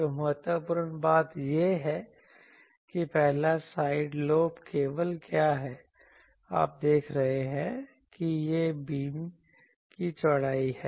तो महत्वपूर्ण बात यह है कि पहला साइड लोब लेवल क्या है आप देख रहे हैं कि यह बीम की चौड़ाई है